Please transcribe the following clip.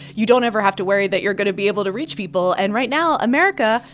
you don't ever have to worry that you're going to be able to reach people. and right now, america,